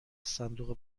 صندوق